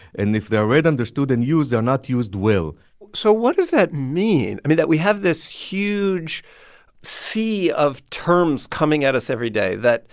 and if they are read, understood and used, they are not used well so what does that mean, i mean, that we have this huge sea of terms coming at us every day that